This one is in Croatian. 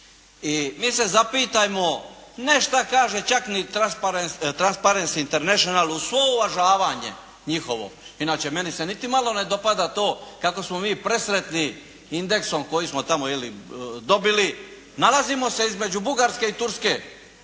I mi se zapitajmo, ne što kaže čak ni "Trnsparency International" u svo ovo uvažavanje njihovo, inače meni se niti malo ne dopada to kako smo mi presretni indeksom kojim smo tamo ili dobili. Nalazimo se između Bugarske i Turske,